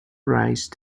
rise